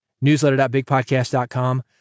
newsletter.bigpodcast.com